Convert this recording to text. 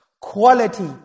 Quality